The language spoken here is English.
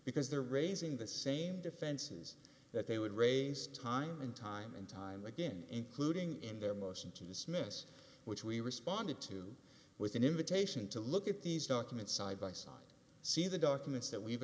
because they're raising the same defenses that they would raise time and time and time again including in their motion to dismiss which we responded to with an invitation to look at these documents side by side see the documents that we've